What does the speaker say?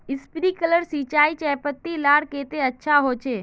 Sprinkler सिंचाई चयपत्ति लार केते अच्छा होचए?